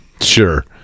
Sure